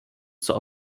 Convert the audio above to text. zur